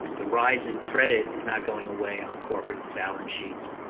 the rise in credit is not going away on corporate balance sheets.